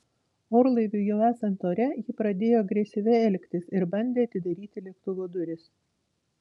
orlaiviui jau esant ore ji pradėjo agresyviai elgtis ir bandė atidaryti lėktuvo duris